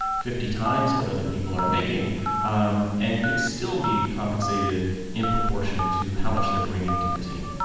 fifty times what other people are making um and could still be compensated in proportion to how much they're bringing to the team